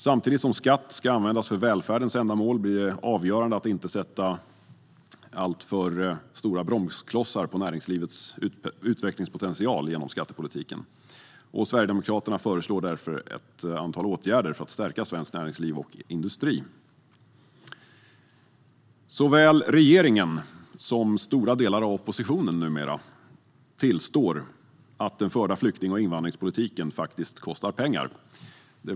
Samtidigt som skatt ska användas för välfärdens ändamål blir det avgörande att inte sätta alltför stora bromsklossar på näringslivets utvecklingspotential genom skattepolitiken. Sverigedemokraterna föreslår därför ett antal åtgärder för att stärka svenskt näringsliv och svensk industri. Såväl regeringen som stora delar av oppositionen tillstår numera att den förda flykting och invandringspolitiken faktiskt kostar pengar.